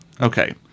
Okay